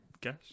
guess